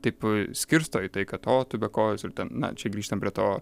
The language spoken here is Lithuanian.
taip a skirsto į tai kad o tu be kojos ir ten na čia grįžtam prie to